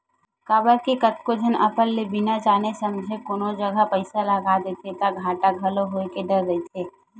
काबर के कतको झन अपन ले बिना जाने समझे कहूँ कोनो जगा पइसा लगा देथे ता घाटा घलो होय के डर रहिथे